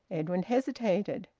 edwin hesitated.